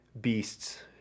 beasts